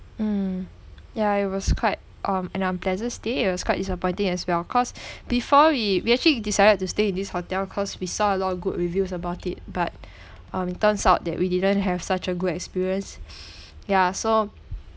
mm ya it was quite um an unpleasant stay it was quite disappointing as well cause before we we actually decided to stay in this hotel cause we saw a lot of good reviews about it but um it turns out that we didn't have such a good experience ya so